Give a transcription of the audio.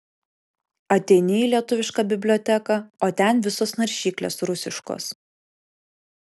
ateini į lietuviška biblioteką o ten visos naršyklės rusiškos